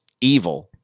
evil